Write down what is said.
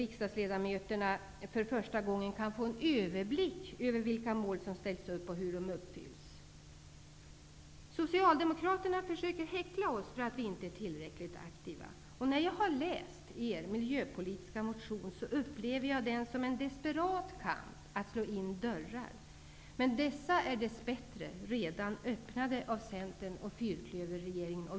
Riksdagsledamöterna kan för första gången få en överblick över vilka mål som ställts upp och hur de uppfylls. Socialdemokraterna försöker häckla oss för att vi inte är tillräckligt aktiva. Jag upplever deras miljöpolitiska motion som en desperat kamp att slå in dörrar. Men dessa är dess bättre redan öppnade av Centern och fyrklöverregeringen.